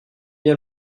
bien